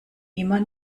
immer